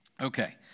Okay